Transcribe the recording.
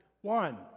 one